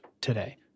today